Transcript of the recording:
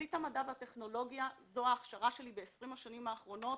חזית המדע והטכנולוגיה זו ההכשרה שלי בעשרים השנים האחרונות,